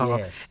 Yes